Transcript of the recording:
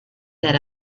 that